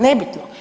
Nebitno.